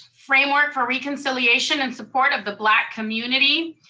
framework for reconciliation and support of the black community.